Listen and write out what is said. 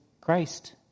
Christ